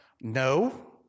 No